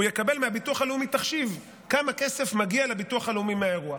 הוא יקבל מהביטוח הלאומי תחשיב כמה כסף מגיע לביטוח הלאומי מהאירוע.